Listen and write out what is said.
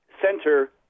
Center